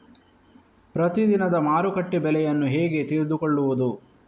ಪ್ರತಿದಿನದ ಮಾರುಕಟ್ಟೆ ಬೆಲೆಯನ್ನು ಹೇಗೆ ತಿಳಿದುಕೊಳ್ಳುವುದು?